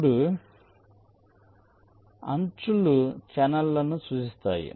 ఇప్పుడు అంచులు ఛానెల్లను సూచిస్తాయి